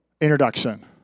introduction